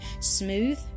smooth